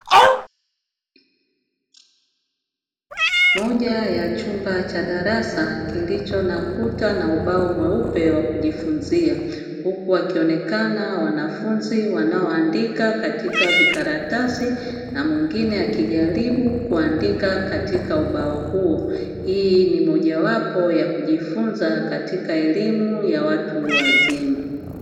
Moja ya chumba cha darasa kilicho nakuta na ubao mweupe wa kujifunzia huku akionekana wanafunzi wanaoandika katika vikaratasi na mwingine akijaribu kuandika katika ubao huo. Hii ni mojawapo ya kujifunza katika elimu ya watu wazima.